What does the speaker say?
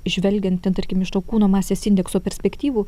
žvelgiant ten tarkim iš to kūno masės indekso perspektyvų